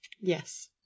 Yes